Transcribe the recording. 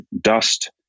dust